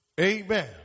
Amen